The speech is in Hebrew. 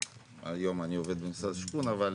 היום אני עובד במשרד השיכון, אבל